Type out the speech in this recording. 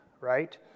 right